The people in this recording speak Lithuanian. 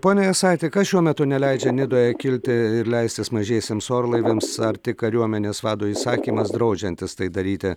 pone jasaiti kas šiuo metu neleidžia nidoje kilti ir leistis mažiesiems orlaiviams ar tik kariuomenės vado įsakymas draudžiantis tai daryti